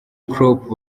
klopp